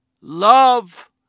love